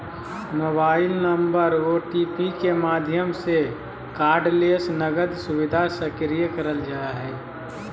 mobile number OTP के माध्यम से कार्डलेस नकद सुविधा सक्रिय करल जा हय